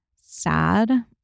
sad